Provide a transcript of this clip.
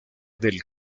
del